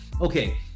okay